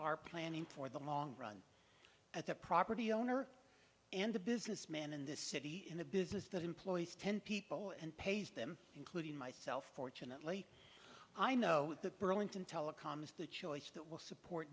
are planning for the long run at the property owner and a businessman in this city in a business that employs ten people and pays them including myself fortunately i know that burlington telecom is the choice that will support